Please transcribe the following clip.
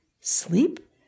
Sleep